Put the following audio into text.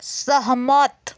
सहमत